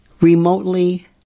remotely